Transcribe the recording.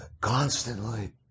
constantly